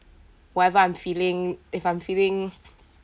whatever I'm feeling if I'm feeling